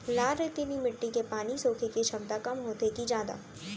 लाल रेतीली माटी के पानी सोखे के क्षमता कम होथे की जादा?